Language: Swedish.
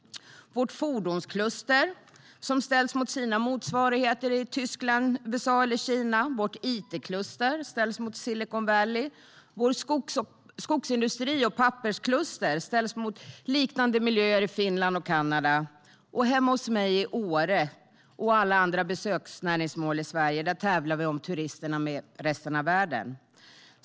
Vårt fordonskluster ställs mot sina motsvarigheter i Tyskland, USA eller Kina, vårt it-kluster ställs mot Silicon Valley och vår skogsindustri och vårt papperskluster ställs mot liknande miljöer i Finland och Kanada. Och hemma hos mig i Åre, och på alla andra besöksnäringsmål i Sverige, tävlar vi om turisterna med resten av världen.